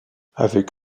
avec